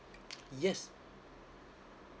yes